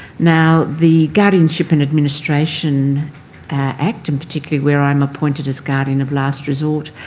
now, the guardianship and administration act, and particularly where i'm appointed as guardian of last resort,